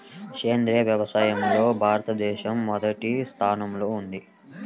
సేంద్రీయ వ్యవసాయంలో భారతదేశం మొదటి స్థానంలో ఉంది